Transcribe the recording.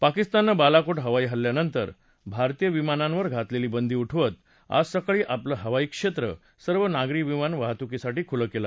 पाकिस्ताननं बालाकोट हवाई हल्ल्यानंतर भारतीय विमानांवर घातलेली बंदी उठवत आज सकाळी आपलं हवाई क्षेत्र सर्व नागरी विमान वाहतुकीसाठी खुलं केलं